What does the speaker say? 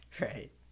Right